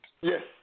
Yes